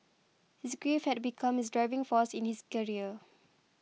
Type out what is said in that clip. his grief had become his driving force in his career